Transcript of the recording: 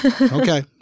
Okay